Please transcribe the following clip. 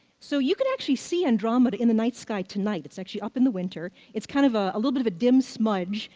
so you can actually see andromeda in the night sky tonight. it's actually up in the winter. it's kind of ah a little bit of a dim smudge.